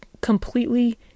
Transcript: completely